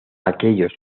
aquellos